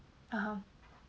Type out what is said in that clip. (uh huh)